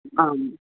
आम्